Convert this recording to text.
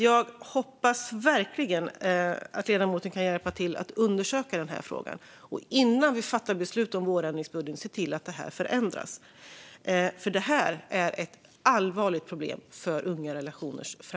Jag hoppas verkligen att ledamoten kan hjälpa till att undersöka frågan och innan vi fattar beslut om vårändringsbudgeten se till att detta förändras, för det är ett allvarligt problem för framtiden för Ungarelationer.se.